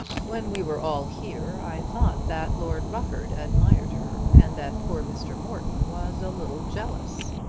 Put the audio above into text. when we were all here i thought that lord rufford admired her, and that poor mr. morton was a little jealous.